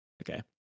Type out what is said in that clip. Okay